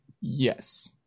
yes